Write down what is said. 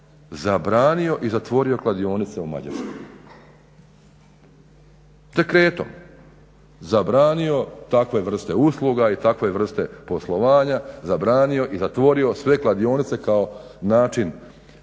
zabranio i zatvorio kladionice u Mađarskoj dekretom, zabranio takve vrste usluga i takve vrste poslovanja, zabranio i zatvorio sve kladionice kao način